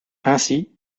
ainsi